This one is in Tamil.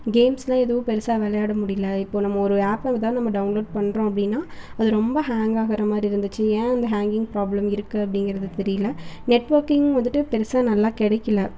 கேம்ஸெலாம் எதுவும் பெருசாக விளையாட முடியல இப்போது நம்ம ஒரு ஆப் எதாவது நம்ம டௌன்லோட் பண்ணுறோம் அப்படின்னா அது ரொம்ப ஹேங் ஆகிற மாதிரி இருந்துச்சு ஏன் அந்த ஹேங்கிங் ப்ராப்ளம் இருக்குது அப்படிங்கிறது தெரியல நெட்ஒர்க்கிங் வந்துட்டு பெருசாக நல்லா கிடைக்கில